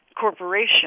corporation